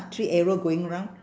three arrow going round